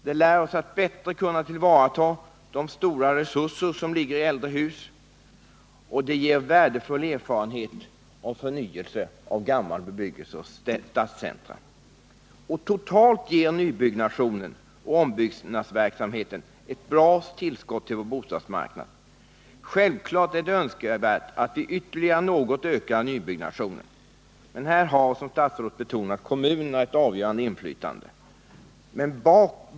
Den lär oss att bättre tillvarata de stora resurser som ligger i äldre hus, och den ger värdefull erfarenhet av förnyelse av gammal bebyggelse och stadscentra. Totalt ger nybyggnationen och ombyggnadsverksamheten ett gott tillskott till vår bostadsmarknad. Självfallet är det önskvärt att vi ytterligare något ökar nybyggnationen. Men här har, som statsrådet betonat, kommunerna ett avgörande inflytande.